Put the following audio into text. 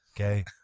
okay